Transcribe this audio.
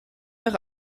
nach